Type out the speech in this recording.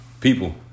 people